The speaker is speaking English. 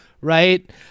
right